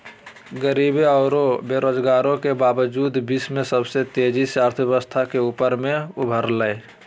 गरीबी औरो बेरोजगारी के बावजूद विश्व में सबसे तेजी से अर्थव्यवस्था के रूप में उभरलय